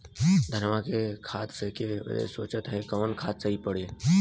धनवा में खाद फेंके बदे सोचत हैन कवन खाद सही पड़े?